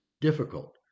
difficult